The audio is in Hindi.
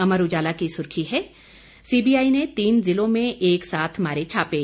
अमर उजाला की सुर्खी है सीबीआई ने तीन जिलों में एक साथ मारे छापे